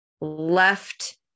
left